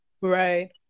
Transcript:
Right